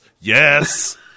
Yes